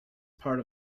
part